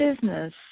business